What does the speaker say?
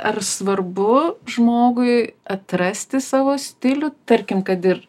ar svarbu žmogui atrasti savo stilių tarkim kad ir